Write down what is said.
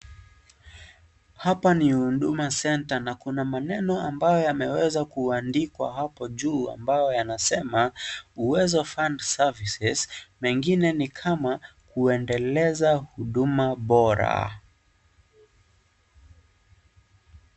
Hapa ni huduma Center na kuna maneno ambayo yameweza kuandikwa hapo juu ambayo yanasema, Uwezo Fund Services . Mengine ni kama, kuendeleza huduma bora.